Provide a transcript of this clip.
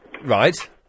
Right